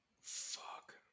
fuck